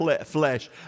flesh